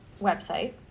website